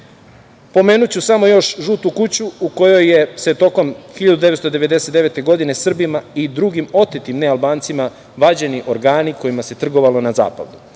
Pomenuću samo još „Žutu kuću“ u kojoj se tokom 1999. godine Srbima i drugim otetim nealbancima, vađeni organi kojima se trgovalo na zapadu. Upravo